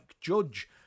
Judge